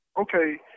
okay